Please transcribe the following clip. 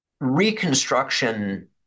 Reconstruction